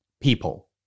people